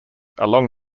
along